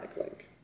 link